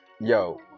Yo